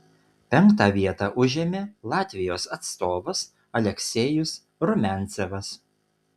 penktą vietą užėmė latvijos atstovas aleksejus rumiancevas